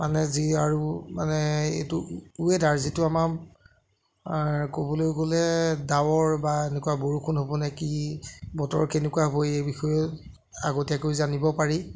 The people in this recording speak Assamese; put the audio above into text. মানে যি আৰু মানে এইটো ৱেডাৰ যিটো আমাৰ মাৰ ক'বলৈ গ'লে ডাৱৰ বা এনেকুৱা বৰষুণ হ'ব নে কি বতৰ কেনেকুৱা হয় এই বিষয়ে আগতীয়াকৈ জানিব পাৰি